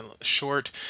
short